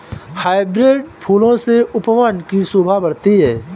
hybrid फूलों से उपवन की शोभा बढ़ती है